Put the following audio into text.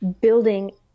building